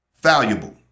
valuable